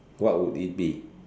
what would it be